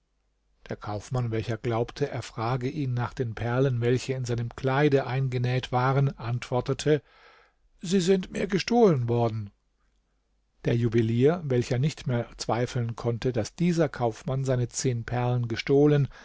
der kaufmann welcher glaubte er frage ihn nach den perlen welche in seinem kleide eingenäht waren antwortete sie sind mir gestohlen worden der juwelier welcher nicht mehr zweifeln konnte daß dieser kaufmann seine zehn perlen gestohlen